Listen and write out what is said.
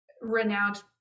renowned